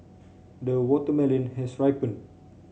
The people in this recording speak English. the watermelon has ripened